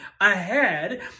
ahead